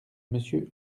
monsieur